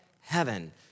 heaven